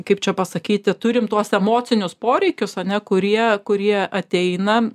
kaip čia pasakyti turime tuos emocinius poreikius ane kurie kurie ateina